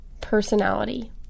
personality